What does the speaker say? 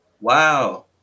Wow